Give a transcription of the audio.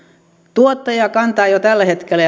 tuottaja kantaa jo tällä hetkellä